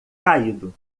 caído